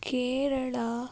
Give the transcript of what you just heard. Kerala